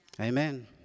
Amen